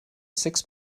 six